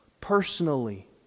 personally